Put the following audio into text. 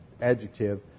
adjective